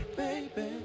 baby